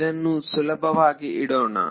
ಇದನ್ನು ಸುಲಭವಾಗಿ ಇಡೋಣ